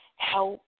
help